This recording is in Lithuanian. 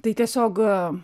tai tiesiog